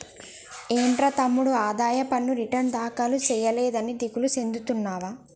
ఏంట్రా తమ్ముడు ఆదాయ పన్ను రిటర్న్ దాఖలు సేయలేదని దిగులు సెందుతున్నావా